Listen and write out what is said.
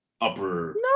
upper